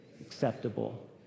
acceptable